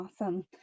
Awesome